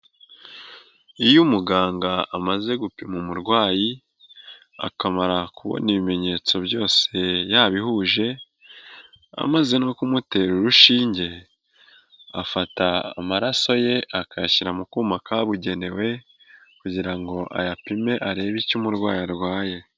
Iyo umuganga amaze gupima umurwayi akamara kubona ibimenyetso byose yabihuje, amaze no kumutera urushinge, afata amaraso ye akayashyira mu kuma kabugenewe kugira ngo ayapime arebe icyo umurwayi arwaye.